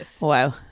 Wow